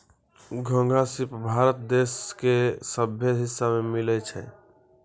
घोंघा, सिप भारत देश के सभ्भे हिस्सा में मिलै छै